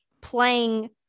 playing